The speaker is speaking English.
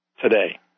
today